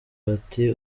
bati